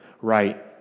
right